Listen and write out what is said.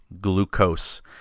glucose